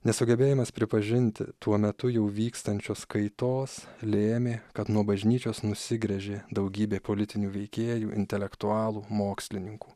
nesugebėjimas pripažinti tuo metu jau vykstančios kaitos lėmė kad nuo bažnyčios nusigręžė daugybė politinių veikėjų intelektualų mokslininkų